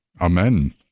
Amen